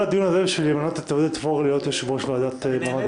כל הדיון הזה בשביל למנות את עודד פורר להיות יושב-ראש מעמד האישה?